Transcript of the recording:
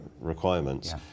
requirements